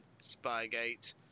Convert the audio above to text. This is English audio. Spygate